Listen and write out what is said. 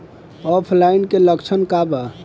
ऑफलाइनके लक्षण क वा?